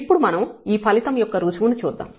ఇప్పుడు మనం ఈ ఫలితం యొక్క రుజువు ను చూద్దాం